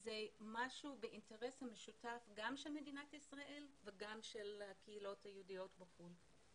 היא משותפת לאינטרס של מדינת ישראל וגם לקהילות היהודיות בחוץ לארץ.